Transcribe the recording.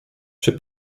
przy